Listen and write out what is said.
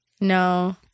no